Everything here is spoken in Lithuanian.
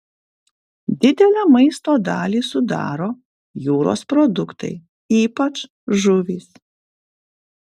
didelę maisto dalį sudaro jūros produktai ypač žuvys